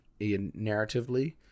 narratively